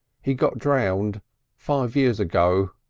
he got drowned five years ago.